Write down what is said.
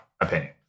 opinion